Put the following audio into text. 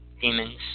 Demons